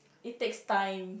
it takes time